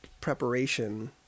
preparation